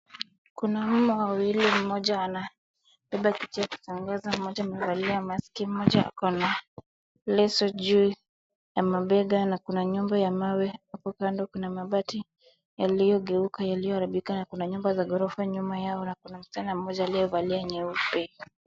Kuna mama wawili mmoja anabeba kicheo akitangaza , moja amevalia maski moja ako na leso juu ya mabega na kuna nyumba ya mawe hapo kando kuna mabati yaliyogeuka yaliyoharibika na kuna nyumba za gorofa nyuma yao na kuna msichana mmoja aliyevalia nyeupe.